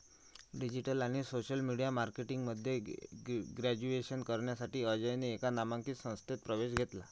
digital आणि social media marketing मध्ये graduation करण्यासाठी अजयने एका नामांकित संस्थेत प्रवेश घेतला